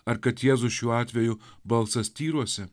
ar kad jėzus šiuo atveju balsas tyruose